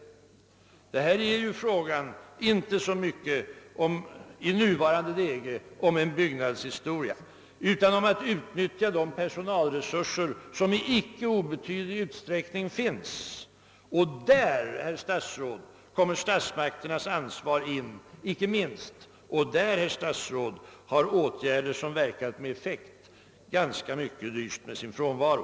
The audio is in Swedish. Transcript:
I rådande läge är det inte främst fråga om att bygga mycket. Det är fråga om att utnyttja de personalresurser som i icke obetydlig utsträckning finns. Och härvidlag, herr statsråd, kommer icke minst statsmakternas ansvar in i bilden. Effektiva åtgärder har i det hänseendet i stor utsträckning lyst med sin frånvaro.